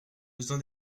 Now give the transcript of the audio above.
besoin